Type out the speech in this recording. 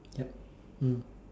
yup mm